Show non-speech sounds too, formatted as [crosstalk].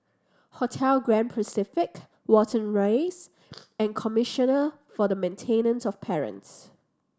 Hotel Grand Pacific Watten Rise [noise] and Commissioner for the Maintenance of Parents